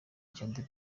the